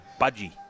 budgie